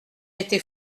était